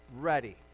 ready